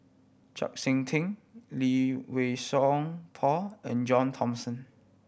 Chau Sik Ting Lee Wei Song Paul and John Thomson